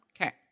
Okay